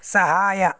ಸಹಾಯ